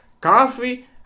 coffee